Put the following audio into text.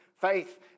faith